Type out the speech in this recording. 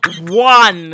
One